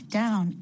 down